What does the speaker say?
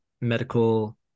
medical